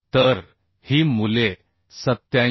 तर ही मूल्ये 87